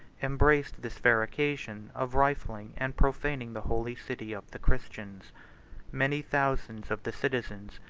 embraced this fair occasion of rifling and profaning the holy city of the christians many thousands of the citizens,